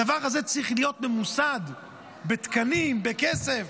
הדבר הזה צריך להיות ממוסד בתקנים, בכסף.